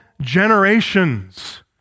generations